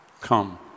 Come